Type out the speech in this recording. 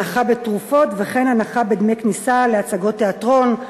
הנחה בתרופות וכן הנחה בדמי כניסה להצגות תיאטרון,